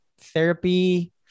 therapy